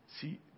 See